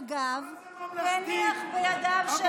ואת מוקש מג"ב הניח בידיו של בן גביר.